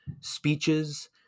speeches